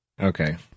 Okay